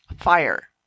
Fire